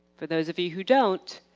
for those of you who don't,